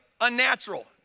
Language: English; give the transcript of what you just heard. unnatural